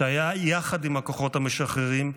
שהיה יחד עם הכוחות המשחררים,